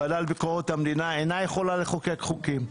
הוועדה לביקורת המדינה אינה יכולה לחוקק חוקים.